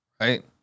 Right